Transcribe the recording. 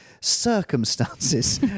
circumstances